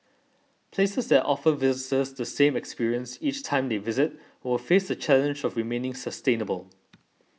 places that offer visitors the same experience each time they visit will face the challenge of remaining sustainable